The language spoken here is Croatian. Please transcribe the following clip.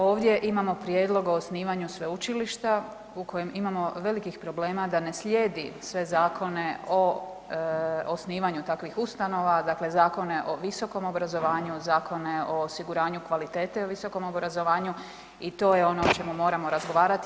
Ovdje imamo prijedlog o osnivanju sveučilišta u kojem imamo velikih problema da ne slijedi sve zakone o osnivanje takvih ustanova, dakle zakone o visokom obrazovanje, zakone o osiguranju kvalitete u visokom obrazovanju i to je ono o čemu moramo razgovarati.